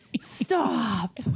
Stop